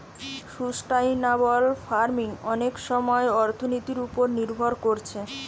sustainable farming অনেক সময় অর্থনীতির উপর নির্ভর কোরছে